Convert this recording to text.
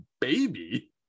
baby